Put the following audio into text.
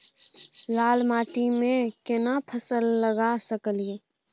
लाल माटी में केना फसल लगा सकलिए?